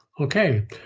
Okay